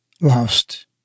lost